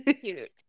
cute